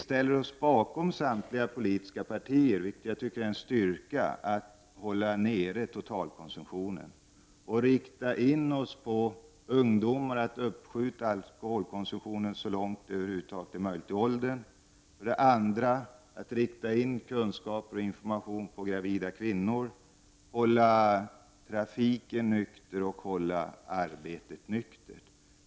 Samtliga politiska partier ställer sig bakom, vilket jag tycker är en styrka, att vi skall försöka hålla nere totalkonsumtionen och att vi skall rikta in oss på att försöka få ungdomarna att uppskjuta sin alkoholkonsumtion så långt upp i åldern som möjligt. Dessutom skall vi rikta kunskaper och information särskilt till gravida kvinnor, och vi skall försöka hålla trafiken och arbetslivet fria från alkohol.